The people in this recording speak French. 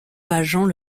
pageant